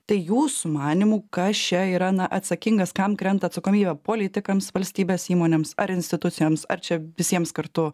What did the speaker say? tai jūsų manymu kas čia yra na atsakingas kam krenta atsakomybė politikams valstybės įmonėms ar institucijoms ar čia visiems kartu